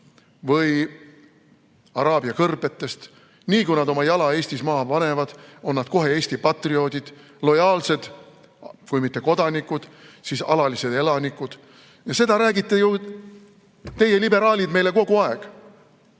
või Araabia kõrbetest. Nii kui nad oma jala Eestis maha panevad, on nad kohe Eesti patrioodid, lojaalsed kui mitte kodanikena, siis alaliste elanikena. Seda räägite ju teie, liberaalid, meile kogu aeg.